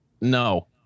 No